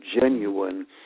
genuine